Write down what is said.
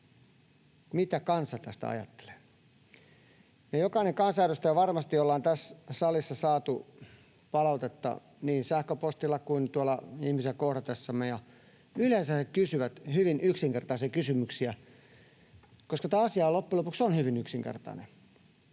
mitä kansa tästä ajattelee. Jokainen kansanedustaja varmasti on tässä salissa saanut palautetta niin sähköpostilla kuin tuolla ihmisiä kohdatessamme, ja yleensä he kysyvät hyvin yksinkertaisia kysymyksiä, koska tämä asia on loppujen lopuksi hyvin yksinkertainen.